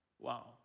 Wow